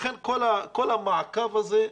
כל המעקב הזה,